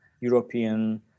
European